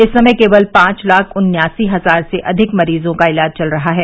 इस समय केवल पांच लाख उन्यासी हजार से अधिक मरीजों का इलाज चल रहा है